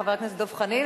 חבר הכנסת דב חנין,